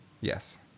Yes